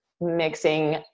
mixing